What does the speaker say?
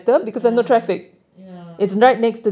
uh ya